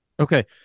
Okay